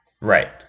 Right